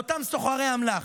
לאותם סוחרי אמל"ח.